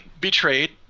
betrayed